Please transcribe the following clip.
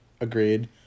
Agreed